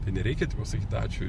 tai nereikia tipo sakyt ačiū